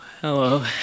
hello